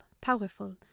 powerful